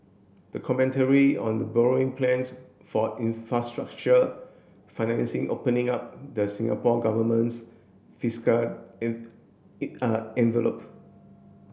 a commentary on the borrowing plans for infrastructure financing opening up the Singapore Government's fiscal envelope